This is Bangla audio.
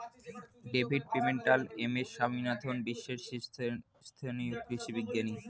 David Pimentel, M S Swaminathan বিশ্বের শীর্ষস্থানীয় কৃষি বিজ্ঞানী